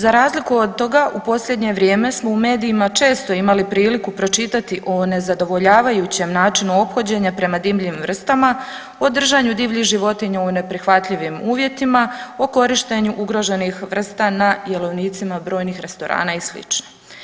Za razliku od toga u posljednje vrijeme smo u medijima često imali priliku pročitati o nezadovoljavajućem načinu ophođenja prema divljim vrstama, o držanju divljih životinja u neprihvatljivim uvjetima, o korištenju ugroženih vrsta na jelovnicima brojnih restorana i slično.